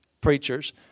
preachers